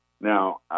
Now